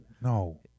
No